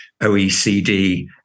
OECD